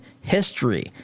history